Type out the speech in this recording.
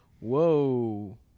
Whoa